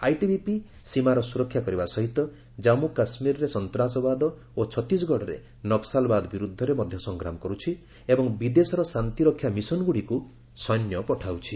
ITBP ସୀମାର ସୁରକ୍ଷା କରିବା ସହିତ ଜାମ୍ମ କାଶ୍ୱୀରରେ ସନ୍ତାସବାଦ ଓ ଛତିଶଗଡ଼ରେ ନକ୍କଲବାଦ ବିରୁଦ୍ଧରେ ମଧ୍ୟ ସଂଗ୍ରାମ କରୁଛି ଏବଂ ବିଦେଶର ଶାନ୍ତିରକ୍ଷା ମିଶନଗୁଡ଼ିକୁ ସୈନ୍ୟ ପଠାଉଛି